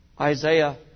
Isaiah